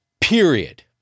period